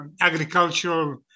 agricultural